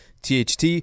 Tht